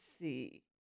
see